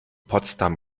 potsdam